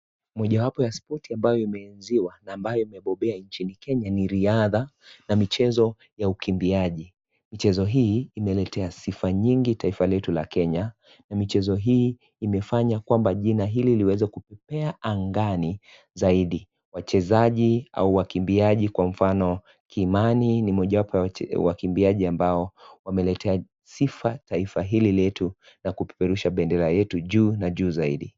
Moja wapo ya spoti ambayo imeruhusiwa na ambayo imebobea nchini Kenya ni riadha na michezo ya ukimbiaji. Michezo hii imeletea sifa nyingi taifa letu la Kenya na michezo hii imefanya kwamba, jina hili liweze kupepea angani zaidi. Wachezaji au wakimbiaji kwa mfano, Kimani ni mmoja wapo wa wakimbiaji ambao wameletea sifa taifa hili letu na kupeperusha bendera yetu juu na juu zaidi.